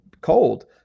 cold